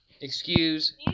Excuse